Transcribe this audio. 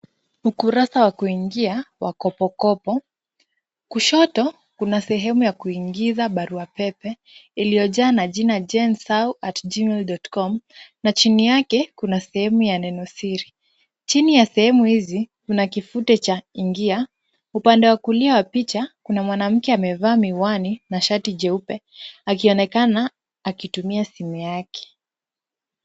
Ukurasa wa kuingia wa kopokopo, kushoto kuna sehemu ya kuingiza barua pepe, iliyojaa na jina janesao@gmail.com , na chini ya kuna sehemu ya neno siri, chini ya sehemu hizi kuna kitufe cha ingia, upande wa kulia wa picha kuna mwanamke amevaa miwani na shati jeupe akionekana akitumia simu yake.